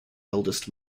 eldest